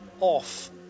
off